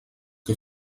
que